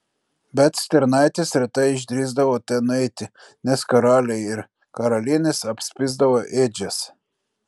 bet stirnaitės retai išdrįsdavo ten nueiti nes karaliai ir karalienės apspisdavo ėdžias